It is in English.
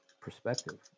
perspective